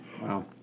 Wow